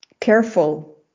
careful